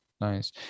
nice